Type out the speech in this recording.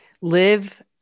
Live